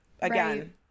again